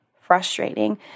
frustrating